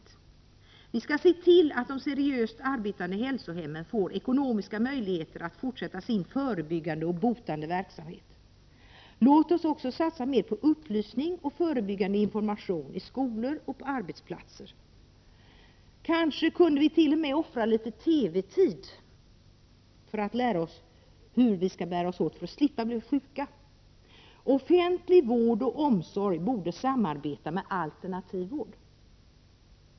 Låt oss i stället se till att de seriöst arbetande hälsohemmen får ekonomiska möjligheter att fortsätta sin förebyggande och botande verksamhet. Låt oss också satsa mer på upplysning och förebyggande information i skolor och på arbetsplatser. Vi kunde kanske t.o.m. offra litet TV-tid för att lära oss hur vi skall bära oss åt för att slippa bli sjuka. Offentlig vård och omsorg borde samarbeta med alternativ vård.